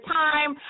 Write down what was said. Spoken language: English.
time